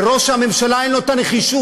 ראש הממשלה, אין לו נחישות.